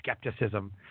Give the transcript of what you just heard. skepticism